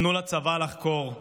תנו לצבא לחקור,